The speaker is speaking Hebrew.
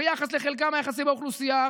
ביחס לחלקם היחסי באוכלוסייה,